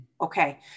Okay